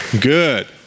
Good